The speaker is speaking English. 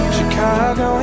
Chicago